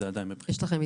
זה עדיין בבחינה.